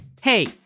Hey